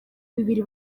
bibiri